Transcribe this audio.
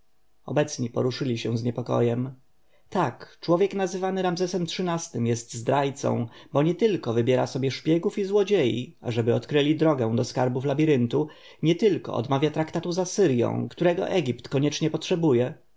obecni poruszyli się z niepokojem tak człowiek nazywany ramzesem xiii-tym jest zdrajcą bo nietylko wybiera sobie szpiegów i złodziei ażeby odkryli drogę do skarbów labiryntu nietylko odmawia traktatu z asyrją którego egipt koniecznie potrzebuje